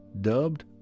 dubbed